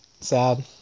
Sad